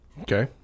Okay